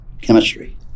chemistry